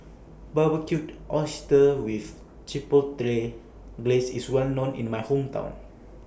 Barbecued Oysters with Chipotle Glaze IS Well known in My Hometown